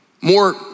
More